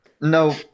No